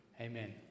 amen